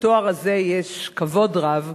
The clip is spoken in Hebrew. בתואר הזה יש כבוד רב,